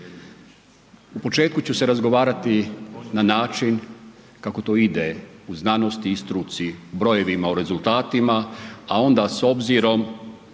U početku ću se razgovarati na način kako to ide u znanosti i struci, brojevima u rezultatima, a onda s obzirom